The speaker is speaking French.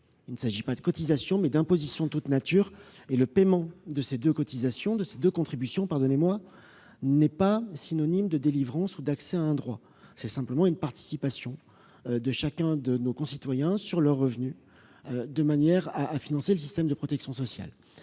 Il ne s'agit pas de cotisation, mais d'imposition de toute nature et le paiement de ces deux contributions n'est pas synonyme d'accès à un droit. C'est simplement une participation de chacun de nos concitoyens sur leurs revenus, de manière à financer le système de protection sociale.